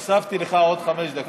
הוספתי לך עוד חמש דקות.